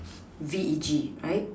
V E G right